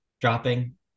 dropping